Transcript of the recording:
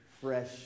fresh